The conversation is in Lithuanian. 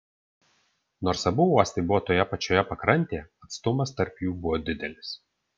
nors abu uostai buvo toje pačioje pakrantėje atstumas tarp jų buvo didelis